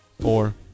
four